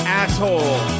asshole